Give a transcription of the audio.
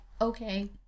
Okay